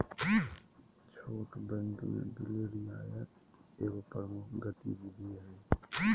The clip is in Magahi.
छोट बैंक में बिल रियायत एगो प्रमुख गतिविधि हइ